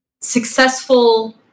successful